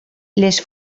les